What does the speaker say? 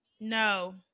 no